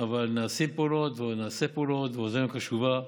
אבל נעשות פעולות ועוד נעשה פעולות ואוזנינו קשובה.